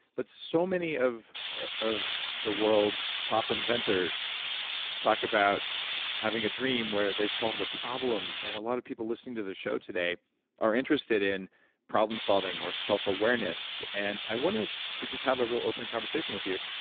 but so many of of the world's top inventors talk about having a dream where they solve the problem, and a lot of people listening to the show today are interested in problem solving or self-awareness. and i wanted to just have a real open conversation with you.